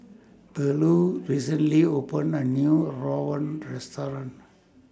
Burleigh recently opened A New Rawon Restaurant